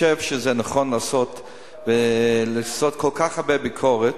האם אדוני חושב שזה נכון לעשות כל כך הרבה ביקורת?